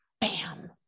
bam